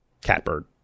catbird